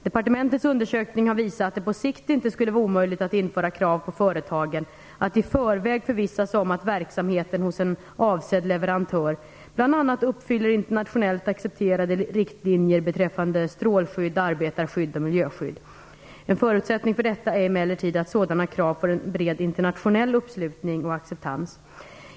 Departementets undersökning har visat att det på sikt inte skullle vara omöjligt att införa krav på företagen att i förväg förvissa sig om att verksamheten hos en avsedd leverantör bl.a. uppfyller internationellt accepterade riktlinjer beträffande strålskydd, arbetarskydd och miljöskydd. En förutsättning för detta är emellertid att sådana krav får en bred internationell uppslutning och acceptans.